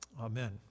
Amen